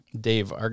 Dave